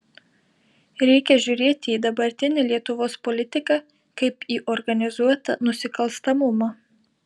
reikia žiūrėti į dabartinę lietuvos politiką kaip į organizuotą nusikalstamumą